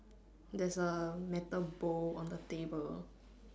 there's a metal bowl on the table